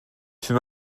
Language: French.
fut